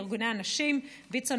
לארגוני הנשים: ויצ"ו,